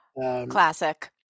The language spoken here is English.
Classic